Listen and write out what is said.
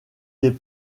des